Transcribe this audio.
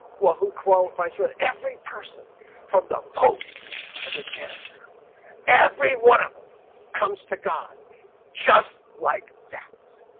well who qualifies for every person from the pope to the janitor every one of them comes to god just like that